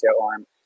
arm